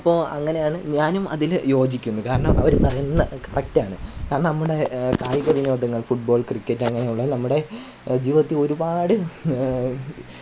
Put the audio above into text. അപ്പോൾ അങ്ങനെയാണ് ഞാനും അതിൽ യോജിക്കുന്നു കാരണം അവർ പറയുന്നത് കറക്ട് ആണ് കാരണം നമ്മുടെ കായികവിനോദങ്ങൾ ഫുട്ബോൾ ക്രിക്കറ്റ് അങ്ങനെയുള്ള നമ്മുടെ ജീവിതത്തിൽ ഒരുപാട്